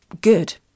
good